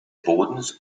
bodens